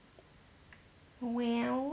well